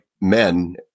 men